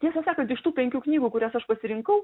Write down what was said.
tiesą sakant iš tų penkių knygų kurias aš pasirinkau